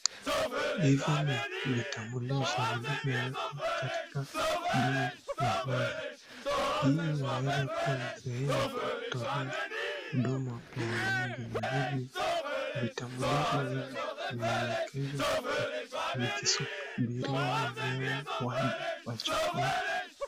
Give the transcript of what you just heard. hivi ni vitambulisho vilivyowekwa katika juu ya meza hii inaweza kua ni sehemu tu kutolea huduma kwa wananchi na hivi vitambulisho hivi vimewekewa hapa vikisubiria wenyewe waje wachukue